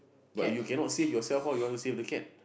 but you cannot save yourself how you want to save the cat